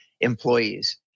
employees